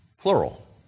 plural